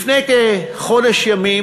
לפני כחודש ימים